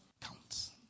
Counts